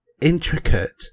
intricate